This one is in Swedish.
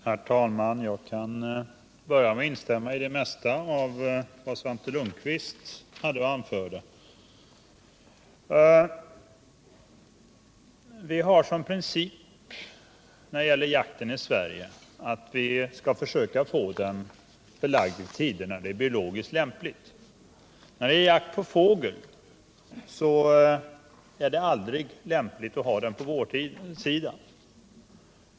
Herr talman! Jag kan börja med att instämma i det mesta av vad Svante Lundkvist hade att anföra. Vi har som princip när det gäller jakten i Sverige att försöka få den förlagd till tider när det är biologiskt lämpligt. Fågeljakt är det aldrig lämpligt att ha på vårsidan.